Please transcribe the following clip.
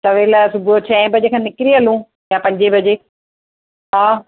सवेलु सुबूह छह बजे खनि निकरी हलूं या पंज बजे हा